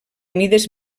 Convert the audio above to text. mides